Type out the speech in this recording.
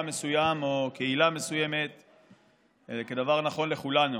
או קהילה מסוימת אלא כדבר נכון לכולנו.